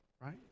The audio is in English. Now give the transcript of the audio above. right